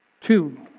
two